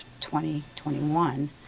2021